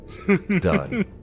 Done